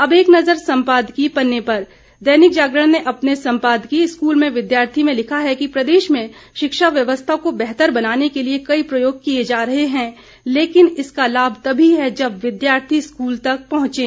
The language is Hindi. अब एक नज़र सम्पादकीय पन्ने पर दैनिक जागरण ने अपने संपादकीय स्कूल में विद्यार्थी में लिखा है कि प्रदेश में शिक्षा व्यवस्था को बेहतर बनाने के लिए कई प्रयोग किए जा रहे हैं लेकिन इसका लाभ तभी है जब विद्यार्थी स्कूल तक पहुंचे